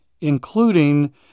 including